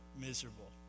miserable